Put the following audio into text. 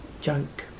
joke